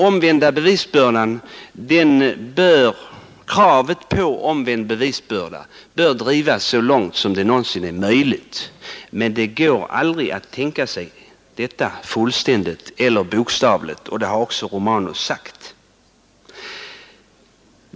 Kravet på den omvända bevisbördan bör drivas så långt det någonsin är möjligt, men det går aldrig att göra detta fullständigt eller bokstavligt — det har också herr Romanus sagt.